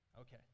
Okay